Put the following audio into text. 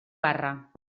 barra